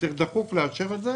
צריך דחוף לאשר את זה